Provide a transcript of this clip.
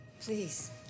Please